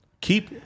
keep